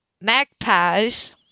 magpies